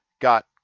got